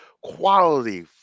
quality